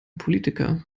politiker